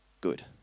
good